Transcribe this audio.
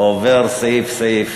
עובר סעיף-סעיף.